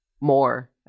more